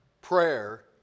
prayer